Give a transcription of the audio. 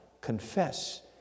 confess